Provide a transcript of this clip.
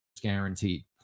guaranteed